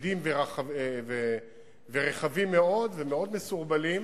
כבדים ורחבים מאוד, ומאוד מסורבלים,